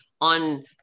on